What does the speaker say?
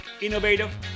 innovative